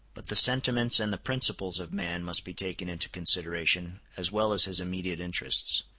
but the sentiments and the principles of man must be taken into consideration as well as his immediate interests.